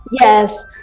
Yes